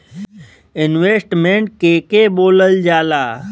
Investment के के बोलल जा ला?